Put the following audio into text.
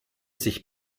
sich